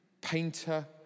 painter